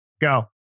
Go